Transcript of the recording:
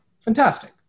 Fantastic